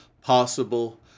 possible